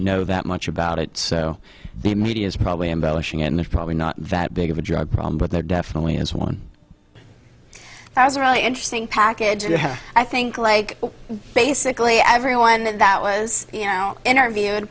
know that much about it so the media is probably embellishing and it's probably not that big of a drug problem but there definitely is one as a really interesting package and i think like basically everyone that was you know interviewed